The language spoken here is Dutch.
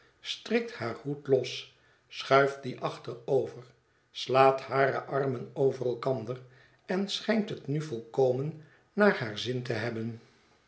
strikt haar hoed los schuift dien achterover slaat hare armen over elkander en schijnt het nu volkomen naar haar zin te hebben